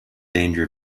danger